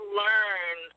learn